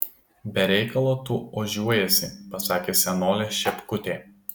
be reikalo tu ožiuojiesi pasakė senolė šepkutė